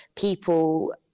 people